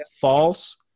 false